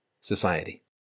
society